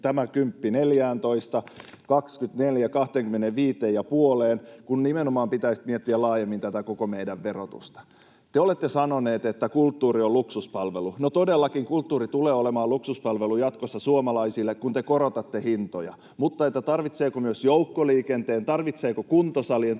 neljääntoista, 24:stä 25,5:een, kun nimenomaan pitäisi miettiä laajemmin tätä koko meidän verotusta. Te olette sanoneet, että kulttuuri on luksuspalvelu. No, todellakin kulttuuri tulee olemaan luksuspalvelu jatkossa suomalaisille, kun te korotatte hintoja. Mutta tarvitseeko myös joukkoliikenteen, tarvitseeko kuntosalien,